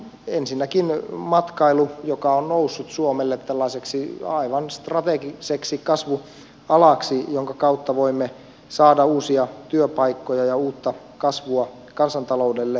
ensinnäkin matkailu joka on noussut suomelle tällaiseksi aivan strategiseksi kasvualaksi jonka kautta voimme saada uusia työpaikkoja ja uutta kasvua kansantaloudelle